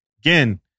again